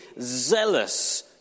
zealous